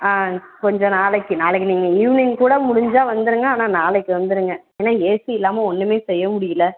ஆ கொஞ்சம் நாளைக்கு நாளைக்கு நீங்கள் ஈவ்னிங் கூட முடிஞ்சால் வந்துடுங்க ஆனால் நாளைக்கு வந்துடுங்க ஏன்னா ஏசி இல்லாமல் ஒன்றுமே செய்யமுடியலை